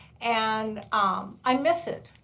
and um i miss it.